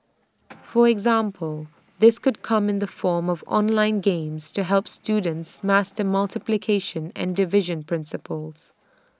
for example this could come in the form of online games to help students master multiplication and division principles